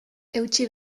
eutsi